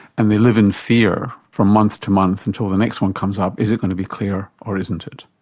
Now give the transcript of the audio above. and they live in fear from month to month until the next one comes up is it going to be clear or isn't it?